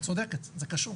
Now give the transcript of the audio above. את צודקת, זה קשור.